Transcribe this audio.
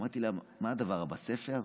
אמרתי לה: מה הדבר הבא, ספר?